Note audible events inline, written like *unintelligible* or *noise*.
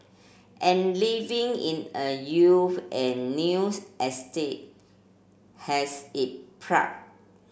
and living in a you and news estate has it *unintelligible*